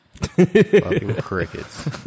crickets